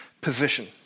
position